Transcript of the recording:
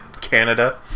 Canada